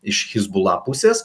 iš hezbollah pusės